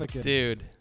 Dude